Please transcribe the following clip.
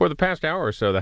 for the past hour or so